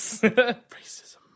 Racism